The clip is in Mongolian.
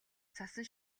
цасан